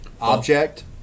object